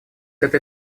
этой